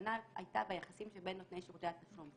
הכוונה הייתה ביחסים שבין נותני שירותי התשלום.